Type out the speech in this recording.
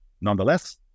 Nonetheless